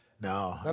No